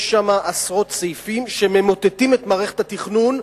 יש שם עשרות סעיפים שממוטטים את מערכת התכנון.